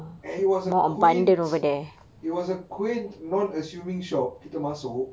and it was a quaint it was a quaint non assuming shop kita masuk